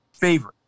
favorite